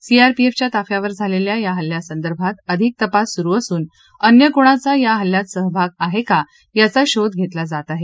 सीआरपीएफच्या ताफ्यावर झालेल्या या हल्ल्यासंदर्भात अधिक तपास सुरु असून अन्य कोणाचा या हल्ल्यात सहभाग आहे का याचा शोध घेतला जात आहे